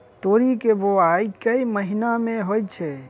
तोरी केँ बोवाई केँ महीना मे होइ छैय?